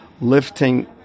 lifting